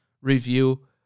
review